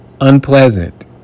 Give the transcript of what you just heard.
unpleasant